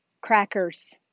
crackers